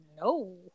no